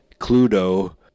Cluedo